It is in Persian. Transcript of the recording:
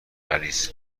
غلیظ